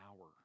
hour